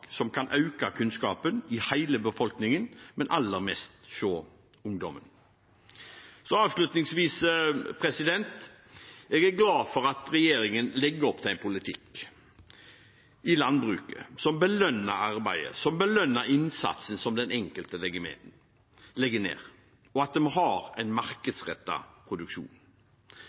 som kan øke kunnskapen i hele befolkningen, men aller mest hos ungdommen. Avslutningsvis: Jeg er glad for at regjeringen legger opp til en politikk i landbruket som belønner arbeidet, som belønner innsatsen den enkelte legger ned, og at vi må ha en markedsrettet produksjon.